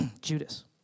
Judas